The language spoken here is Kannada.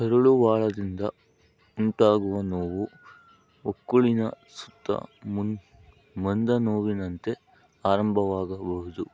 ಕರುಳುವಾಳದಿಂದ ಉಂಟಾಗುವ ನೋವು ಹೊಕ್ಕುಳಿನ ಸುತ್ತ ಮುನ್ನ ಮಂದ ನೋವಿನಂತೆ ಆರಂಭವಾಗಬಹುದು